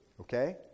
okay